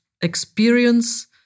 experience